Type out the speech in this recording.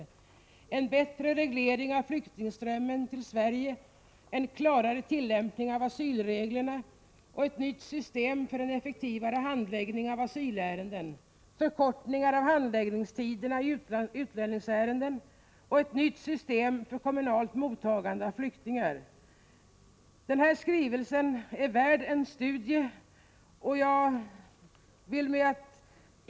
Här redovisas vad som gjorts för en bättre reglering av flyktingströmmen till Sverige, en klarare tillämpning av asylreglerna och ett nytt system för en effektivare handläggning av asylärenden, en förkortning av handläggningstiderna i utlänningsärenden och ett nytt system för kommunalt mottagande av flyktingar. Denna skrivelse är värd ett studium.